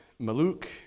Maluk